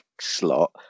slot